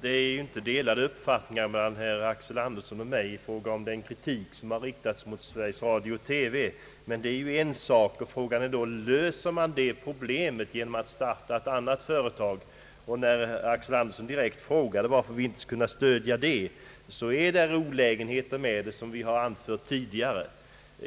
Det råder inte några delade meningar mellan herr Axel Andersson och mig i den kritik som har riktats mot Sveriges Radio och TV. Men frågan är ju: Löser man problemet genom att starta ett annat företag? Eftersom herr Axel Andersson direkt frågat varför vi inte skulle kunna stödja detta, vill jag hänvisa till de olägenheter jag tidigare berört i detta sammanhang.